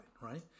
right